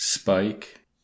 Spike